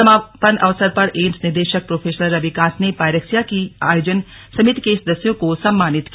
समापन अवसर पर एम्स निदेशक प्रोफेसर रवि कांत ने पायरेक्सिया की आयोजन समिति के सदस्यों को सम्मानित किया